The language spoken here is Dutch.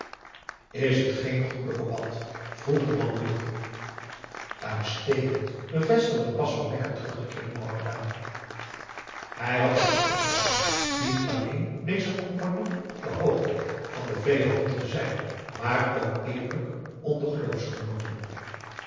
is het geen goede obat vroeg de mandoer uitstekend bevestigde de pas van mekka teruggekeerde mohammedaan hij had het goed getroffen niet alleen bleek zijn compagnon op de hoogte van den veehandel te zijn maar ook eerlijk onder